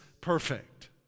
perfect